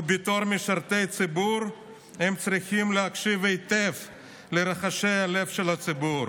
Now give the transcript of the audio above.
ובתור משרתי ציבור הם צריכים להקשיב היטב לרחשי הלב של הציבור.